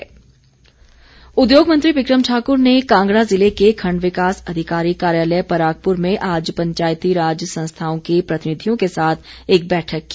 बिक्रम उद्योग मंत्री बिक्रम ठाकुर ने कांगड़ा जिले के खण्ड विकास अधिकारी कार्यालय परागपुर में आज पंचायती राज संस्थाओं के प्रतिनिधियों के साथ एक बैठक की